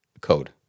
code